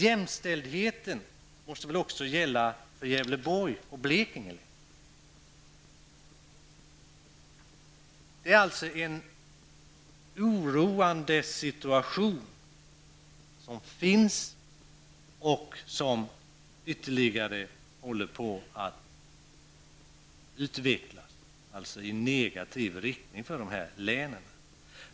Jämställdheten måste också gälla för Gävleborg och Blekinge. Situationen är alltså oroande och den håller på att utvecklas i ytterligare negativ riktning för de här länen.